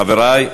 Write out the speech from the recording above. חברי.